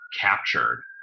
captured